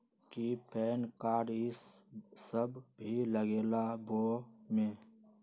कि PAN card इ सब भी लगेगा वो में?